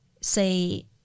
say